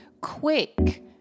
quick